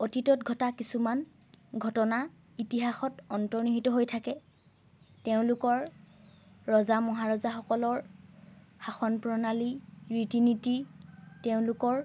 অতীতত ঘটা কিছুমান ঘটনা ইতিহাসত অন্তৰ্নিহিত হৈ থাকে তেওঁলোকৰ ৰজা মহাৰজাসকলৰ শাসন প্ৰণালী ৰীতি নীতি তেওঁলোকৰ